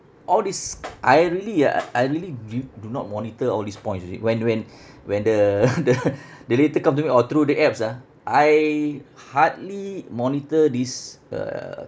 all these I really ah I really really do not monitor all these points you see when when when the the letter come to me or through the apps ah I hardly monitor these uh